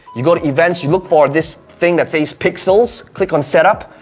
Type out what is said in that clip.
you go to events. you look for this thing that says pixels. click on set up.